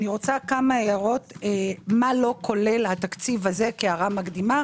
כהערה מקדימה כמה הערות לגבי מה לא כולל התקציב הזה.